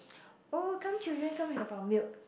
oh come children come and have our milk